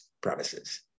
promises